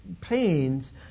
pains